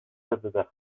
تتدخل